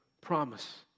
promise